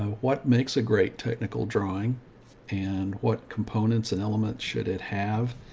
what makes a great technical drawing and what components and elements should it have.